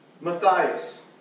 Matthias